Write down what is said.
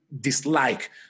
dislike